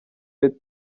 red